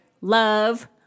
love